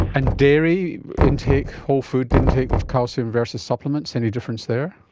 and dairy intake, wholefood intake with calcium versus supplements, any difference there?